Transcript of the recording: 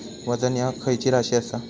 वजन ह्या खैची राशी असा?